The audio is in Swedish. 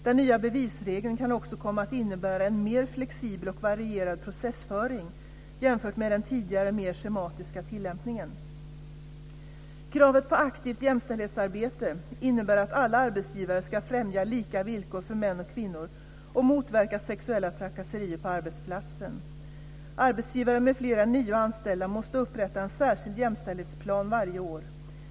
Den nya bevisregeln kan också komma att innebära en mer flexibel och varierad processföring jämfört med den tidigare mer schematiska tillämpningen. Kravet på aktivt jämställdhetsarbete innebär att alla arbetsgivare ska främja lika villkor för män och kvinnor och motverka sexuella trakasserier på arbetsplatsen. Arbetsgivare med fler än nio anställda måste upprätta en särskild jämställdhetsplan varje år.